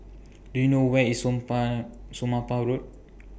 Do YOU know Where IS Somapah Road